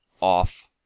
off